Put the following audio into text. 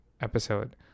episode